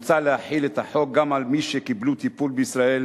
למרות שעלותה התקציבית נאמדת בעשרות מיליונים של שקלים חדשים